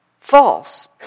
false